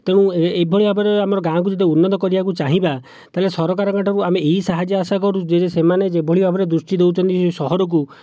ତେଣୁ ଏ'ଭଳି ଭାବରେ ଆମର ଗାଁକୁ ଯଦି ଉନ୍ନତ କରିବାକୁ ଚାହିଁବା ତା'ହେଲେ ସରକାରଙ୍କଠାରୁ ଆମେ ଏହି ସାହାଯ୍ୟ ଆଶା କରୁଛୁ ଯେ ସେମାନେ ଯେ'ଭଳି ଭାବରେ ଦୃଷ୍ଟି ଦେଉଛନ୍ତି ସହରକୁ